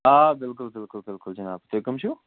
آ بِلکُل بِلکُل بِلکُل جِناب تُہۍ کٕم چھِو